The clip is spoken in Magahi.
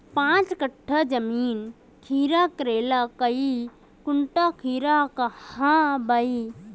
पाँच कट्ठा जमीन खीरा करले काई कुंटल खीरा हाँ बई?